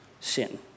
sin